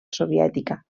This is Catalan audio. soviètica